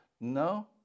no